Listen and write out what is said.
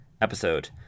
episode